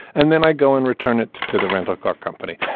and then i go and return it to the rental car company.